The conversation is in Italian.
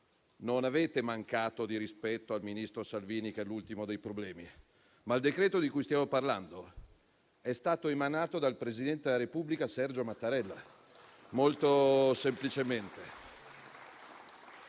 non avete mancato di rispetto al ministro Salvini, che è l'ultimo dei problemi; il decreto-legge di cui stiamo parlando è stato emanato dal presidente della Repubblica Sergio Mattarella. Molto semplicemente.